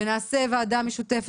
נעשה ועדה משותפת,